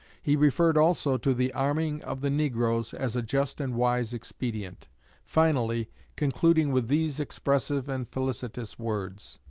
he referred also to the arming of the negroes as a just and wise expedient finally concluding with these expressive and felicitous words